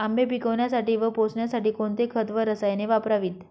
आंबे पिकवण्यासाठी व पोसण्यासाठी कोणते खत व रसायने वापरावीत?